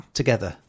together